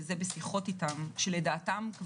שלדעתם,